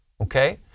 okay